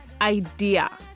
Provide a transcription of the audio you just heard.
idea